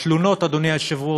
התלונות, אדוני היושב-ראש,